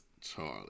Charlie